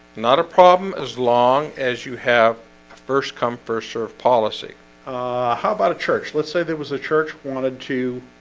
not a problem. as long as you have first come first serve policy how about a church? let's say there was a church wanted to